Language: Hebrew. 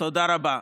תודה רבה,